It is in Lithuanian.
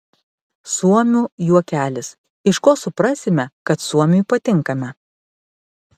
suomių juokelis iš ko suprasime kad suomiui patinkame